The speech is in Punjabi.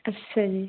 ਅੱਛਾ ਜੀ